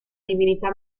divinità